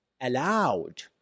allowed